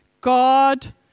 God